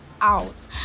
out